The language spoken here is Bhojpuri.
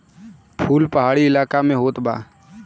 फूल पहाड़ी इलाका में होत बा